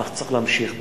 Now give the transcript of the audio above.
אך צריך להמשיך בזה.